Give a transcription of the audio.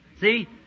See